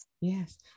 Yes